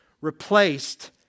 replaced